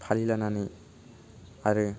फालि लानानै आरो